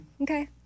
Okay